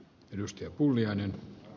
arvoisa puhemies